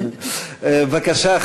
בבקשה,